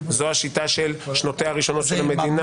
זו השיטה של שנותיה הראשונות של המדינה